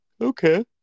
Okay